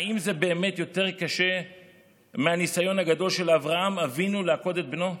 האם זה באמת יותר קשה מהניסיון הגדול של אברהם אבינו לעקוד את בנו?